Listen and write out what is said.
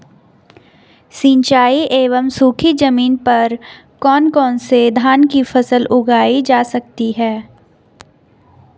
सिंचाई एवं सूखी जमीन पर कौन कौन से धान की फसल उगाई जा सकती है?